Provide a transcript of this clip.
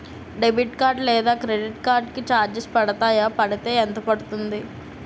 Debit card లేదా credit card కి charges పడతాయా? పడితే ఎంత పడుతుంది?